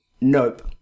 nope